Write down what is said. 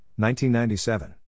1997